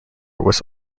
was